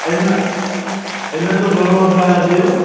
इन इन जो घणो अघु आहे अॼु जो